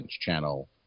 channel